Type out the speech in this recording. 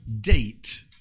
date